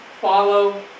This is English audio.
follow